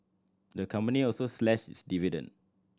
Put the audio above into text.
the company also slashed its dividend